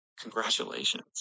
congratulations